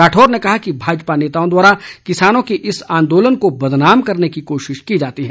राठौर ने कहा कि भाजपा नेताओं द्वारा किसानों के इस आंदोलन को बदनाम करने की कोशिश की जाती है